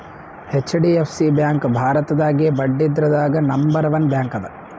HDFC bank ಭಾರತದಾಗೇ ಬಡ್ಡಿದ್ರದಾಗ್ number one bank ಅದ